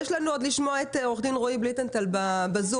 לשמוע את עורך דין רועי בליטנטל בזום.